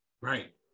right